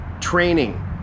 training